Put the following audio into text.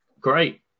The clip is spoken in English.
great